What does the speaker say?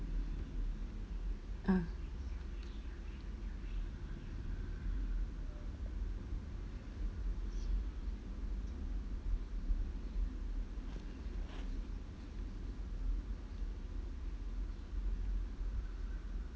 ah